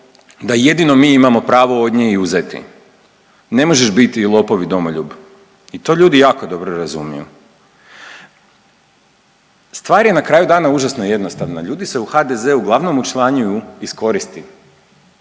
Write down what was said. da jedino mi imamo pravo od nje i uzeti. Ne možeš biti i lopov i domoljub i to ljudi jako dobro razumiju. Stvar je na kraju dana užasno jednostavna. Ljudi se u HDZ-u uglavnom učlanjuju iz koristi.